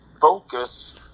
focus